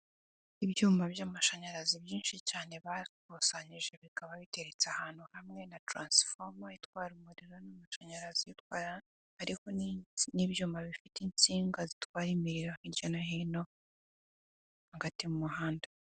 Ibyuma by'amashanyarazi byinshi cyane bakusanyije bikaba biteretse ahantu hamwe na taransifoma itwara umuriro n'amashanyarazi ibitwara ariko n'ibyuma bifite insinga zitwaye imiriro hirya no hino hagati mu muhanda.